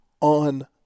on